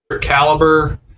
caliber